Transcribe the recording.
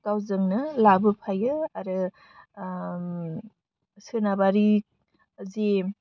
गावजोंनो लाबोफायो आरो सोनाबारि जि